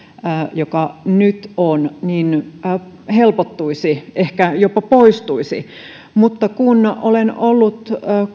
joka nyt on helpottuisi ehkä jopa poistuisi mutta kun olen ollut